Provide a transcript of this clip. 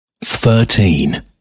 thirteen